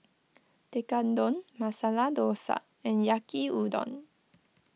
Tekkadon Masala Dosa and Yaki Udon